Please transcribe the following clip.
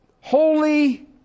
holy